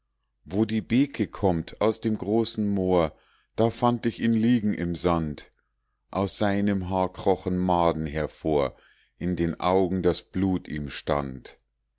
wo die beeke kommt aus dem großen moor da fand ich ihn liegen im sand aus seinem haar krochen maden hervor in den augen das blut ihm stand